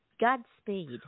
Godspeed